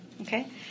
okay